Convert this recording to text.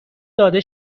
داده